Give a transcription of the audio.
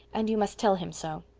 and you must tell him so.